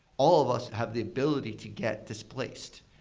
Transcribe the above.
all of us have the ability to get displaced.